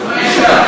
הוא מאיים,